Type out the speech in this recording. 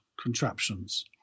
contraptions